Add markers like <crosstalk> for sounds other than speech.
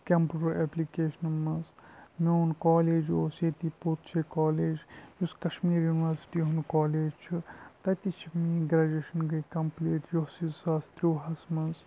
computer اٮ۪پلِکیشَنہِ منٛز میون کالج اوس ییٚتی <unintelligible> کالج یُس کشمیٖر یوٗنیوَرسِٹی ہُنٛد کالج چھُ تَتی چھِ میٛٲنۍ گرٛیجویشَن گٔے کَمپٕلیٖٹ یُہُس زٕ ساس تُرٛوُہَس منٛز